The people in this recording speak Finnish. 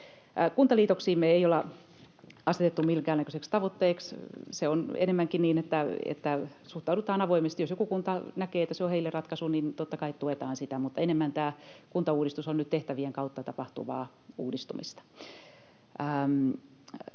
Kuntaliitoksia me ei olla asetettu minkäännäköiseksi tavoitteeksi. Se on enemmänkin niin, että suhtaudutaan avoimesti. Jos joku kunta näkee, että se on heille ratkaisu, niin totta kai tuetaan sitä, mutta enemmän tämä kuntauudistus on nyt tehtävien kautta tapahtuvaa uudistumista.